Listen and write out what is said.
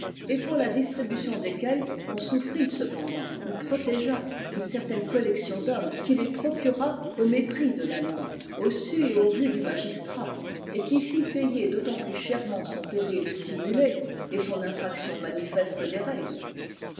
et pour la distribution desquels on souffrît cependant ou protégeât une certaine collection d'hommes qui les procurât au mépris de la loi au su et au vu du magistrat et qui fît payer d'autant plus chèrement son péril simulé et son infraction manifeste des règles